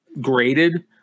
graded